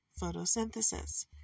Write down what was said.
photosynthesis